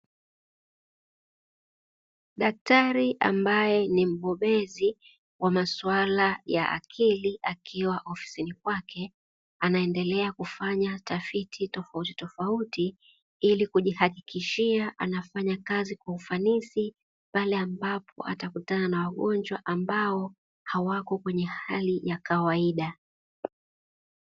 Daktari ambaye ni mbobezi wa masuala ya akili, akiwa ofisini kwake anaendelea kufanya tafiti tofautitofauti, ili kujihakikishia anafanya kazi kwa ufanisi pale ambapo atakutana na wagonjwa ambao hawako kwenye hali ya kawaida.